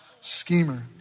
schemer